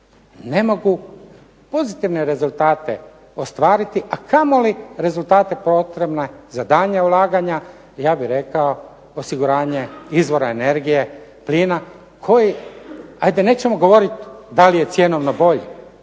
Ne mogu pozitivne rezultate ostvariti, a kamoli rezultate potrebne za daljnja ulaganja i ja bih rekao osiguranje izvora energije plina koji hajde nećemo govoriti da li je cjenovno bolje,